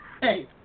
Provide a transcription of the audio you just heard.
Hey